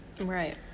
Right